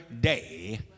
day